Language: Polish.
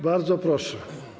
Bardzo proszę.